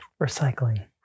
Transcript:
Recycling